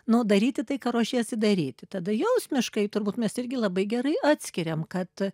nu daryti tai ką ruošiesi daryti tada jausmiškai turbūt mes irgi labai gerai atskiriam kad